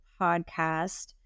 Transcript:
podcast